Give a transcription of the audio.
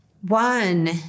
One